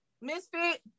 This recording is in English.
Misfit